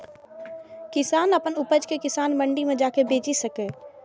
किसान अपन उपज कें किसान मंडी मे जाके बेचि सकैए